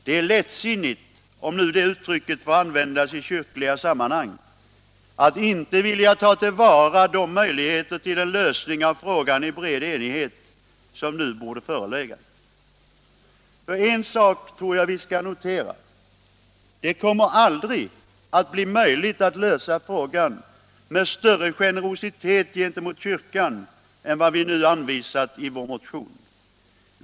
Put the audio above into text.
Det är lättsinnigt — om nu det uttrycket får användas i kyrkliga sammanhang — att inte vilja ta till vara de möjligheter till en lösning av frågan i bred enighet som nu borde ha förelegat. För en sak tror jag vi skall notera: Det kommer aldrig att bli möjligt att lösa frågan med större generositet gentemot kyrkan än vad vi anvisat i vår motion.